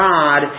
God